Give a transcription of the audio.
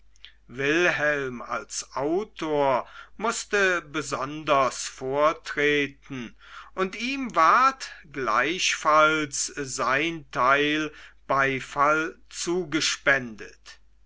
wilhelm als autor mußte besonders vortreten und ihm ward gleichfalls sein teil beifall zugespendet